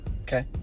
Okay